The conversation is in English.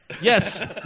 Yes